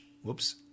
Whoops